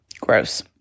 gross